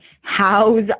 house